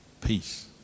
peace